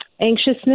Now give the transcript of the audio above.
anxiousness